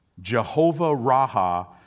Jehovah-Raha